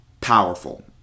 Powerful